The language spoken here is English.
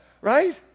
Right